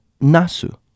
Nasu